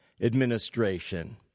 administration